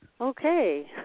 okay